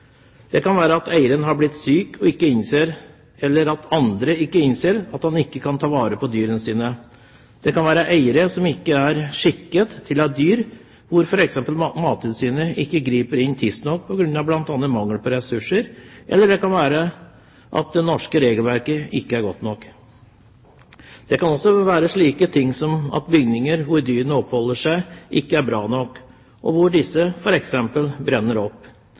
Det kan være at eieren har blitt syk og ikke innser, eller at andre ikke innser, at han ikke kan ta vare på dyrene sine. Det kan være eiere som ikke er skikket til å ha dyr, og at f.eks. Mattilsynet ikke griper inn tidsnok bl.a. på grunn av mangel på ressurser, eller det kan være at det norske regelverket ikke er godt nok. Det kan også være slike ting som at bygninger hvor dyrene oppholder seg, ikke er bra nok, og at dyrene brenner opp.